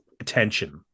attention